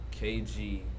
KG